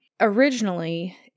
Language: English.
originally